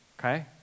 Okay